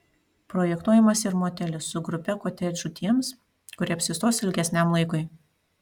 projektuojamas ir motelis su grupe kotedžų tiems kurie apsistos ilgesniam laikui